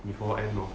before end of